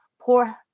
poor